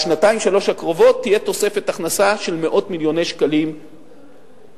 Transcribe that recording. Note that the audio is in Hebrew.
בשנתיים-שלוש הקרובות תהיה תוספת הכנסה של מאות מיליוני שקלים בודדים.